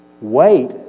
Wait